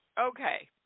okay